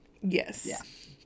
Yes